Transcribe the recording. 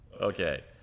Okay